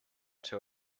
two